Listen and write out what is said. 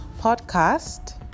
podcast